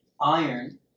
iron